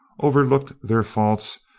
overlooked their faults,